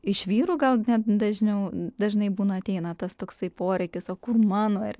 iš vyrų gal net dažniau dažnai būna ateina tas toksai poreikis o kur mano ir